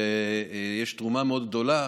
ויש תרומה מאוד גדולה